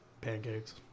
pancakes